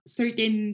certain